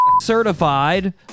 certified